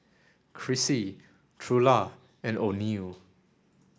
Chrissie Trula and Oneal